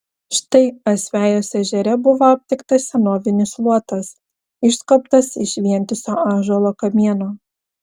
štai asvejos ežere buvo aptiktas senovinis luotas išskobtas iš vientiso ąžuolo kamieno